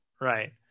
Right